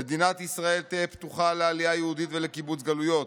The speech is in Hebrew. "מדינת ישראל תהא פתוחה לעלייה יהודית ולקיבוץ גלויות,